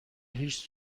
هیچ